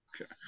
okay